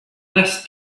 less